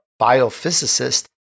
biophysicist